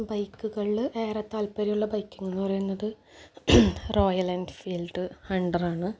ബൈക്കുകളില് ഏറെ താല്പര്യമുള്ള ബൈക്കെന്ന് പറയുന്നത് റോയൽ എൻഫീൽഡ് ഹണ്ടറാണ്